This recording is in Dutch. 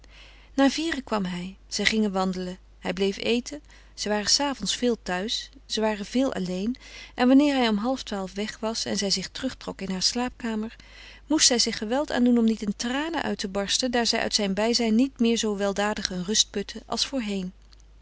na vieren kwam hij zij gingen wandelen hij bleef eten zij waren s avonds veel thuis zij waren veel alleen en wanneer hij om halftwaalf weg was en zij zich terugtrok in hare slaapkamer moest zij zich geweld aandoen om niet in tranen uit te barsten daar zij uit zijn bijzijn niet meer zoo weldadig een rust putte als voorheen